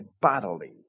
bodily